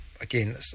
Again